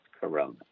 corona